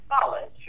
college